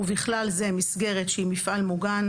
ובכלל זה מסגרת שהיא מפעל מוגן,